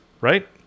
right